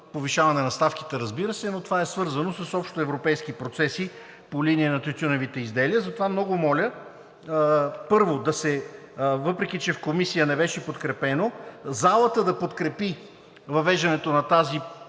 повишаване на ставките, разбира се, но това е свързано с общоевропейски процеси по линия на тютюневите изделия. Затова много моля, въпреки че в Комисията не беше подкрепено, залата да подкрепи въвеждането на тази